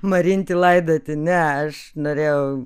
marinti laidoti ne aš norėjau